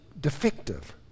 defective